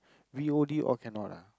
V_O_D all cannot ah